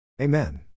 Amen